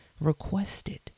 requested